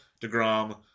DeGrom